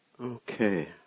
Okay